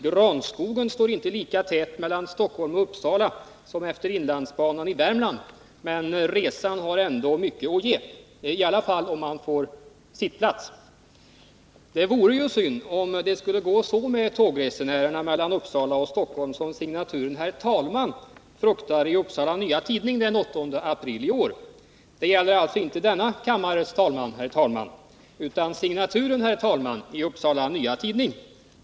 Granskogen står inte lika tät mellan Stockholm och Uppsala som utefter inlandsbanan i Värmland, men resan har mycket att ge — i alla fall om man får sittplats. Det vore ju synd om det skulle gå så med tågresenärerna mellan Uppsala och Stockholm som signaturen ”Herr Talman” fruktar i Upsala Nya Tidning den 8 april i år. Det gäller alltså inte denna kammares talman, herr talman, utan signaturen ”Herr Talman” i Upsala Nya Tidning.